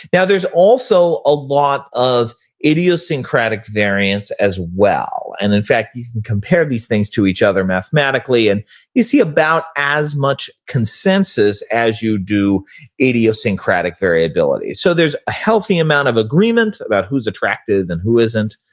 now there's also a lot of idiosyncratic variance as well and in fact you can compare these things to each other mathematically and you see about as much consensus as you do idiosyncratic variability. so there's a healthy amount of agreement about who's attractive and who isn't,